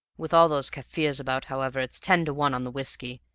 with all those kaffirs about, however, it's ten to one on the whiskey,